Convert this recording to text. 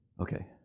Okay